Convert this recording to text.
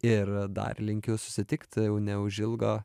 ir dar linkiu susitikt neužilgo